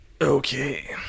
Okay